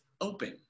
open